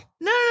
no